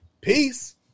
Peace